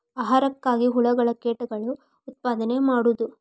ಆಹಾರಕ್ಕಾಗಿ ಹುಳುಗಳ ಕೇಟಗಳ ಉತ್ಪಾದನೆ ಮಾಡುದು